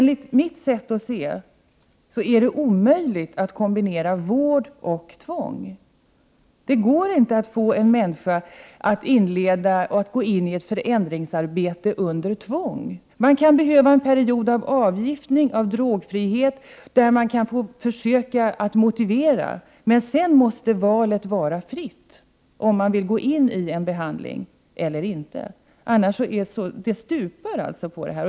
Enligt mitt sätt att se är det omöjligt att kombinera vård och tvång; det går inte att få en människa att gå in i ett förändringsarbete under tvång. Det kan behövas en period av avgiftning eller av drogfrihet då man kan försöka att motivera till vård, men sedan måste missbrukaren fritt få välja om han eller hon vill gå in i en behandling eller inte; behandlingen stupar annars på detta.